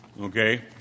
okay